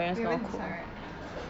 oh you haven't decide right